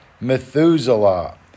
Methuselah